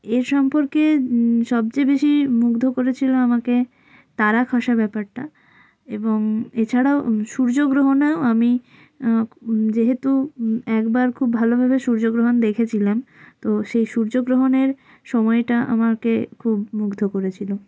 এ সম্পর্কে সবচেয়ে বেশি মুগ্ধ করেছিল আমাকে তারা খসা ব্যাপারটা এবং এছাড়াও সূর্যগ্রহণেও আমি যেহেতু একবার খুব ভালোভাবে সূর্যগ্রহণ দেখেছিলাম তো সেই সূর্যগ্রহণের সময়টা আমাকে খুব মুগ্ধ করেছিল